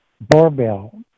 barbell